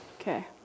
Okay